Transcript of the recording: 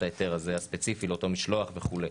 ההיתר הספציפי הזה לאותו משלוח וכולי.